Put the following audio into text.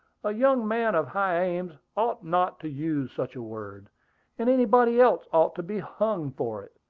a young man of high aims ought not to use such a word and anybody else ought to be hung for it!